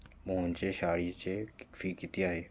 मोहनच्या शाळेची फी किती आहे?